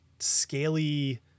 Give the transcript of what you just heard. scaly